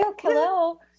Hello